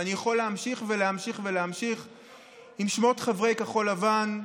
ואני יכול להמשיך ולהמשיך עם שמות חברי כחול לבן.